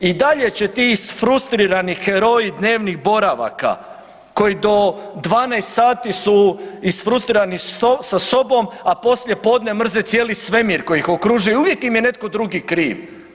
I dalje će ti isfrustirani heroji dnevnih boravaka koji do 12 sati su isfrustirani sa sobom, a poslije podne mrze cijeli svemir koji ih okružuje, uvijek im je netko drugi kriv.